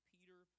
Peter